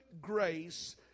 grace